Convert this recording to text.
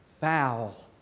Foul